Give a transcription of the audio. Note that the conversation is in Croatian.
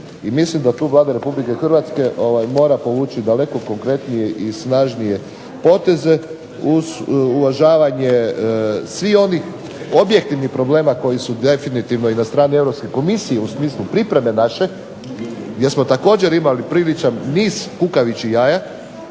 i mislim da tu Vlada Republike Hrvatske mora povući daleko konkretnije i snažnije poteze uz uvažavanje svih onih objektivnih problema koji su definitivno i na strani Europske komisije u smislu pripreme naše gdje smo također imali priličan niz kukavičjih jaja